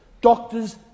doctors